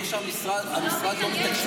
הוא אמר שהמשרד לא מתקצב.